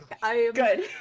Good